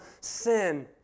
sin